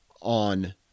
on